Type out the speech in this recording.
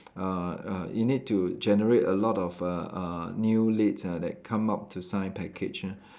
uh uh you need to generate a lot of uh uh new leads ah that come up to sign package ah